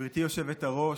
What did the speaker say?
גברתי היושבת-ראש,